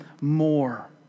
more